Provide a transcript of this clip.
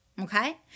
okay